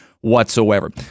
whatsoever